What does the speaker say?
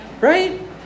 right